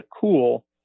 cool